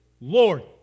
Lord